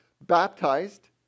baptized